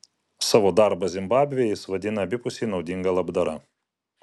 savo darbą zimbabvėje jis vadina abipusiai naudinga labdara